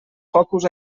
focus